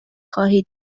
خواهید